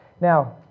Now